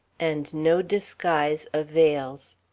and no disguise avails.